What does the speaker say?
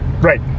Right